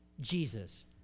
Jesus